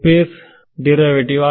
space ದಿನ videos